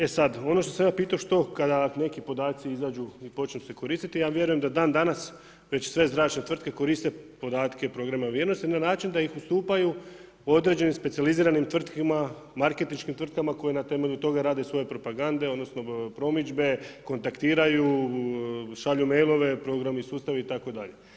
E sad, ono što sam ja pitao što kada ako neki podaci izađu i počnu se koristiti, ja vjerujem da dan danas već sve zračne tvrtke koriste podatke, programe … na način da ih ustupaju određenim specijaliziranim tvrtkama, marketinškim tvrtkama koje na temelju toga rade svoje propagande, odnosno promidžbe, kontaktiraju, šalju mailove, programi, sustavi itd.